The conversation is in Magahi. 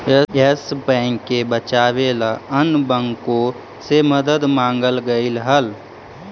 यस बैंक के बचावे ला अन्य बाँकों से मदद मांगल गईल हल